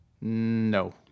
No